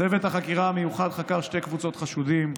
צוות החקירה המיוחד חקר שתי קבוצות חשודים: